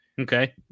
Okay